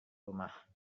rumah